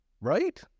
right